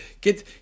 get